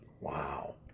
wow